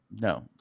No